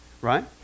right